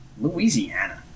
Louisiana